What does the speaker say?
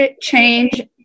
change